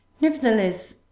Nevertheless